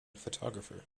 photographer